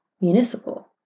municipal